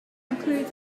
included